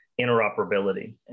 interoperability